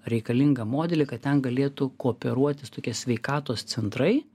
reikalingą modelį kad ten galėtų kooperuotis tokie sveikatos centrai